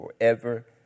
forever